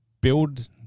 build